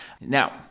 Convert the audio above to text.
Now